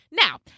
Now